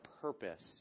purpose